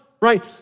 right